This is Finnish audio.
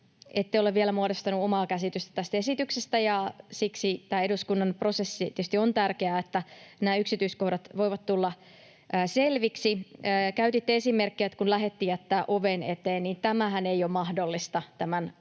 ette ole vielä muodostanut omaa käsitystä tästä esityksestä. Siksi tämä eduskunnan prosessi tietysti on tärkeä, että nämä yksityiskohdat voivat tulla selviksi. Käytitte esimerkkiä siitä, kun lähetti jättää oven eteen — tämähän ei ole mahdollista tämän hallituksen